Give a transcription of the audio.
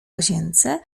łazience